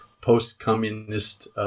Post-Communist